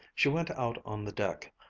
she went out on the deck,